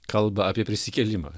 kalba apie prisikėlimą